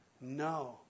No